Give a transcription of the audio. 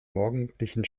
morgendlichen